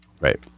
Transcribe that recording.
Right